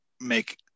make –